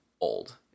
old